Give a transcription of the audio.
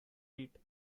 eat